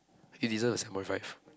you deserve a seven point five